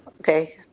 okay